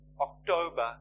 October